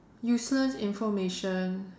useless information